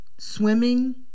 swimming